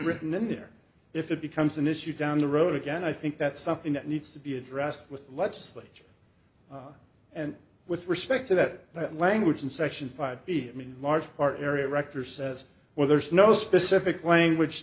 written in there if it becomes an issue down the road again i think that's something that needs to be addressed with the legislature and with respect to that that language in section five be large part area rector says well there's no specific language